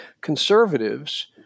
Conservatives